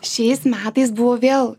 šiais metais buvo vėl